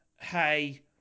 hey